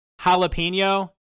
jalapeno